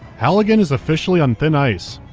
halligan is officially on thin ice.